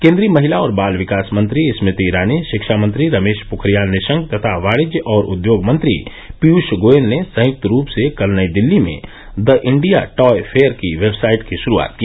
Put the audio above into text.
केन्द्रीय महिला और बाल विकास मंत्री स्मृति ईरानी शिक्षा मंत्री रमेश पोखरियाल निशंक तथा वाणिज्य और उद्योग मंत्री पीयूष गोयल ने संयुक्त रूप से कल नई दिल्ली में द इंडिया टॉय फेयर की वेबसाइट की शुरूआत की